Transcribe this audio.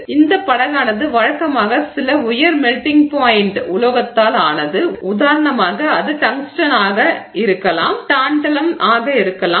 எனவே இந்தப் படகானது வழக்கமாக சில உயர் மெல்டிங் பாய்ண்ட் உலோகத்தால் ஆனது உதாரணமாக அது டங்ஸ்டென் ஆக இருக்கலாம் டான்டலம் ஆக இருக்கலாம்